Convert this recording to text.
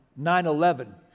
9-11